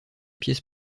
pièces